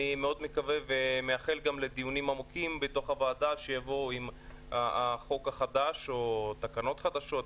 אני מאחל לדיונים עמוקים בוועדה כשיהיה החוק החדש או התקנות החדשות.